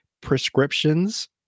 prescriptions